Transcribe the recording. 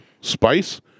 spice